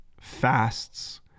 fasts